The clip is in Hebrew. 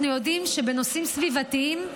אנחנו יודעים שבנושאים סביבתיים,